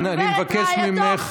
חברת הכנסת מאי גולן,